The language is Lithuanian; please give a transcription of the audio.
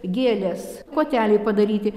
gėlės koteliai padaryti